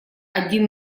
один